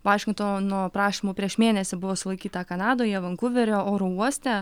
vašingtono prašymu prieš mėnesį buvo sulaikyta kanadoje vankuverio oro uoste